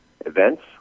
events